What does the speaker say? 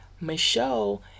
Michelle